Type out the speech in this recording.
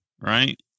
right